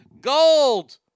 Gold